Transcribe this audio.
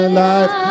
life